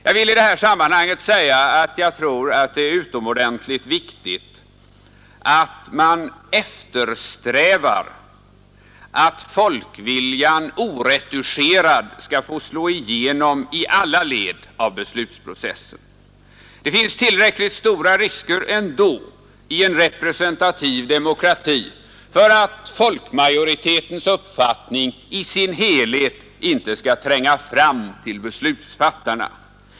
Jag vill i detta sammanhang framhålla att det är utomordentligt viktigt att folkviljan oretuscherad får slå igenom i alla led av beslutsprocessen. Det finns i en representativ demokrati ändå tillräckligt stora risker för att folkmajoritetens uppfattning icke i sin helhet skall tränga fram till beslutsfattarna.